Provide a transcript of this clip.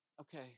Okay